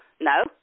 No